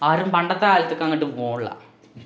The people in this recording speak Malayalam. ആരും പണ്ടത്തെ കാലത്തേക്കങ്ങോട്ട് പോകുന്നില്ല